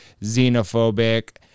xenophobic